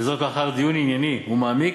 וזאת לאחר דיון ענייני ומעמיק